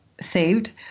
saved